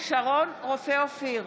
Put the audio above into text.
שרון רופא אופיר,